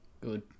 Good